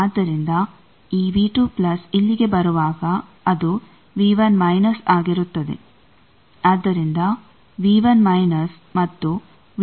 ಆದ್ದರಿಂದ ಈ ಇಲ್ಲಿಗೆ ಬರುವಾಗ ಅದು ಆಗಿರುತ್ತದೆ